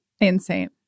insane